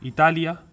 Italia